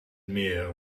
meer